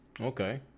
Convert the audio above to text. Okay